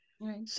right